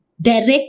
direct